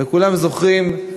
וכולם זוכרים,